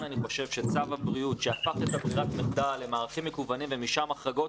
אני חושב שצו הבריאות שהפך את ברירת המחדל למערכים מקוונים ומשם החרגות,